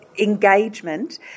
engagement